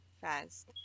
fast